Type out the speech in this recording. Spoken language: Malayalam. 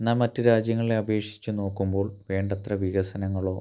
എന്നാൽ മറ്റു രാജ്യങ്ങളെ അപേക്ഷിച്ച് നോക്കുമ്പോൾ വേണ്ടത്ര വികസനങ്ങളോ